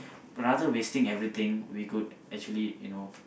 rather wasting everything we could actually you know